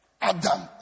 Adam